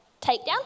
takedown